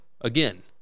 again